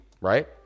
right